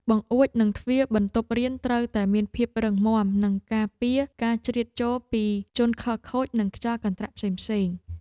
បង្អួចនិងទ្វារបន្ទប់រៀនត្រូវតែមានភាពរឹងមាំ ដើម្បីការពារការជ្រៀតចូលពីជនខិលខូចនិងខ្យល់កន្ត្រាក់ផ្សេងៗ។